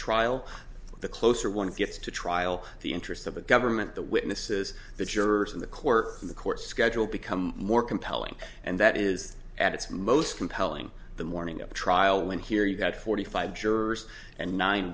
trial the closer one gets to trial the interests of the government the witnesses the jurors in the court the court schedule become more compelling and that is at its most compelling the morning of the trial when here you've got forty five jurors and nine